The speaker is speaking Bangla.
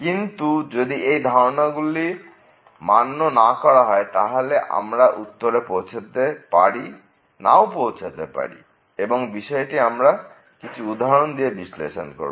কিন্তু যদি এই ধারণা গুলি মান্য না করা হয় তাহলে আমরা উত্তরে পৌঁছতে পারি বা নাও পৌঁছতে পারি এবং এই বিষয়টি আমরা কিছু উদাহরণ দিয়ে বিশ্লেষণ করবো